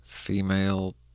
Female